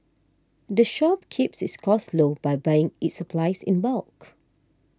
the shop keeps its costs low by buying its supplies in bulk